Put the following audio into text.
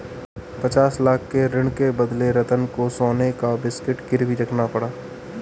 पचास लाख के ऋण के बदले रतन को सोने का बिस्कुट गिरवी रखना पड़ा